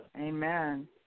Amen